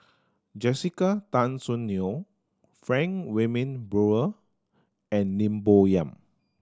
Jessica Tan Soon Neo Frank Wilmin Brewer and Lim Bo Yam